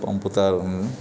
పంపుతారని